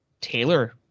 Taylor